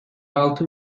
altı